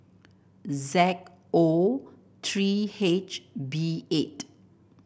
Z O three H B eight